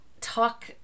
talk